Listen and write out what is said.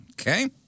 Okay